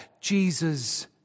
Jesus